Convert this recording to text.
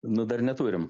na dar neturim